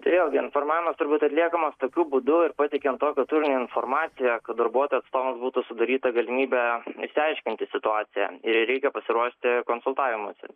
vėlgi informavimas turi būti atliekamas tokiu būdu ir pateikiant tokio turinio informaciją kad darbuotojų atstovams būtų sudaryta galimybė išsiaiškinti situaciją ir reikia pasiruošti konsultavimuisi